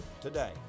today